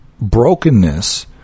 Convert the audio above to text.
brokenness